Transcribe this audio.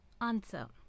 Answer